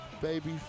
baby